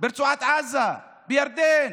ברצועת עזה, בירדן.